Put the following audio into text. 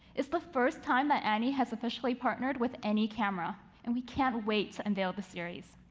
it's the first time that annie has officially partnered with any camera and we can't wait to unveil the series.